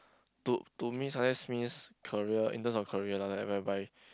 to to me success means career in terms of career lah like whereby